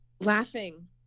laughing